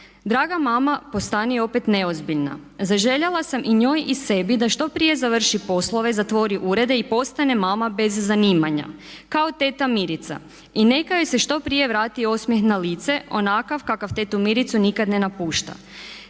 „Draga mama“ postani opet neozbiljna! Zaželjela sam i njoj i sebi da što prije završi poslove, zatvori urede i postane mama bez zanimanja kao teta Mirica i neka joj se što prije vrati osmijeh na lice onakav kakav tetu Miricu nikad ne napušta.“